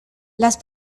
las